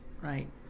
Right